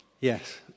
Yes